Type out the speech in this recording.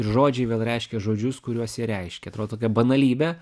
ir žodžiai vėl reiškia žodžius kuriuos jie reiškia atrodo tokia banalybė